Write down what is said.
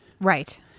Right